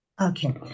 Okay